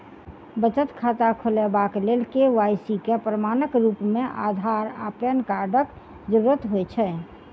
बचत खाता खोलेबाक लेल के.वाई.सी केँ प्रमाणक रूप मेँ अधार आ पैन कार्डक जरूरत होइ छै